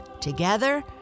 Together